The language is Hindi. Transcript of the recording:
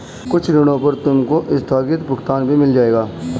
कुछ ऋणों पर तुमको आस्थगित भुगतान भी मिल जाएंगे